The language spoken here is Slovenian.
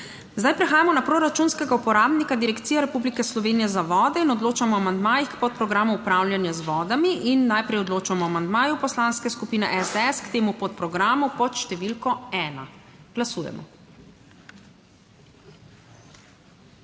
Prehajamo na proračunskega uporabnika Direkcije Republike Slovenije za vode. Odločamo o amandmajih k podprogramu upravljanja z vodami. Najprej odločamo o amandmaju Poslanske skupine SDS k temu podprogramu pod številko 1. Glasujemo.